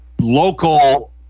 local